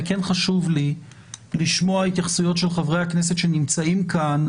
וכן חשוב לי לשמוע התייחסויות של חברי הכנסת שנמצאים כאן,